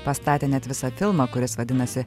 pastatė net visą filmą kuris vadinasi